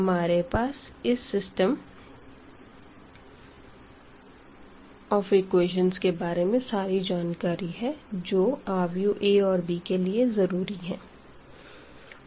हमारे पास इस सिस्टम ऑफ़ एक्वेशन्स के बारे में सारी जानकारी है जो मेट्रिक्स A और b के लिए जरूरी है